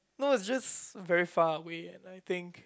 no it's just very far away and I think